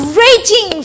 raging